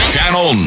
Channel